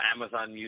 Amazon